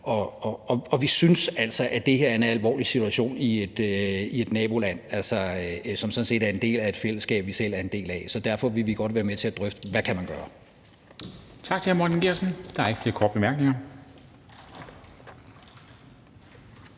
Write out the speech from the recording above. Og vi synes altså, at det her er en alvorlig situation i et naboland, som sådan set er en del af et fællesskab, vi selv er en del af. Så derfor vil vi godt være med til at drøfte, hvad man kan gøre.